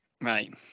Right